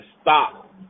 stop